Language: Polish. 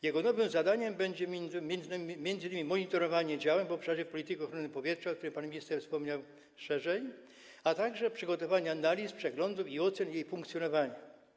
Jego nowym zadaniem będzie m.in. monitorowanie zadań w obszarze polityki ochrony powietrza, o której pan minister wspomniał szerzej, a także przygotowywanie analiz, przeglądów i ocen jej funkcjonowania.